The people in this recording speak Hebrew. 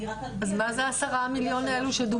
אז מה זה ה-10 מיליון האלה שדובר?